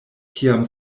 kiam